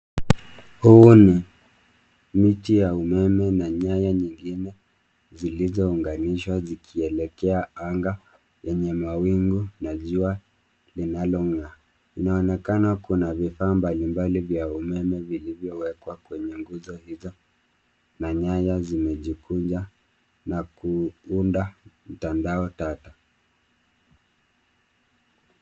Huu ni miti ya umeme na nyaya nyingine zilizounganishwa zikielekea anga lenye mawingu na jua linaong'aa. Inaonekana kuna vifaa mbalimbali vya umeme vilivyowekwa kwenye nguzo hizo na nyaya zimejikunja na kuunda mtandao tata.